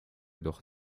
doch